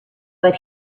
but